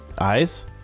Eyes